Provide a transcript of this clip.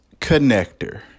Connector